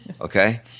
okay